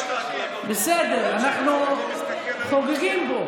בסדר, אנחנו חוגגים פה.